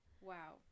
Wow